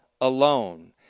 alone